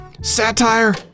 satire